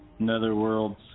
netherworlds